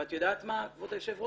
ואת יודעת מה כבוד היושב ראש,